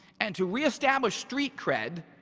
and to reestablish street cred,